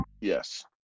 Yes